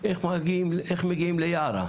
איך מגיעים ליערה,